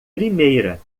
primeira